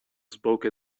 spoke